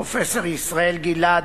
פרופסור ישראל גלעד,